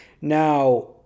now